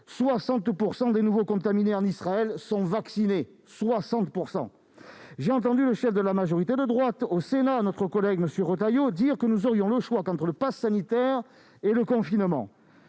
60 % des nouveaux contaminés en Israël sont vaccinés ! J'ai entendu le chef de la majorité de droite au Sénat, notre collègue Retailleau, dire que nous n'aurions le choix qu'entre le passe sanitaire et le confinement.